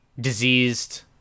diseased